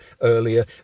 earlier